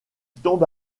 tombe